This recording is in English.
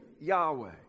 Yahweh